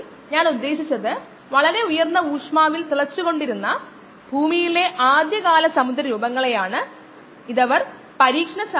tank നിറയുന്ന ഒരു സാധാരണ സമയം ഏകദേശം 10 മിനിറ്റാണ് അതിനാൽ കൂടുതൽ ചർച്ചയ്ക്കുള്ള ഇൻപുട്ട് നിരക്കായി ഇത് തിരഞ്ഞെടുക്കാം